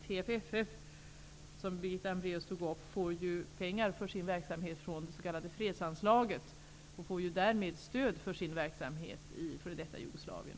TFF, som Birgitta Hambraeus tog upp, får ju pengar för sin verksamhet från det s.k. fredsanslaget och får därmed stöd för sin verksamhet i f.d. Jugoslavien.